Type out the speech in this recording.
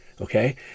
okay